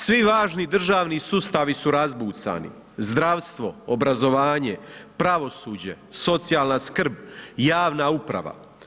Svi važni državni sustavi su razbucani, zdravstvo, obrazovanje, pravosuđe, socijalna skrb, javna uprava.